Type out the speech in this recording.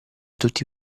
tutti